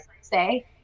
say